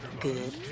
good